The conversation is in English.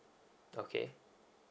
okay